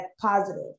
positive